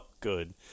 good